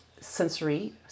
sensory